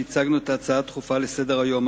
כשהצגנו הצעה דחופה לסדר-היום.